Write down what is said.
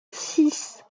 six